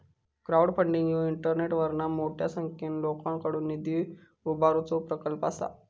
crowdfunding ह्यो इंटरनेटवरना मोठ्या संख्येन लोकांकडुन निधी उभारुचो प्रकल्प असा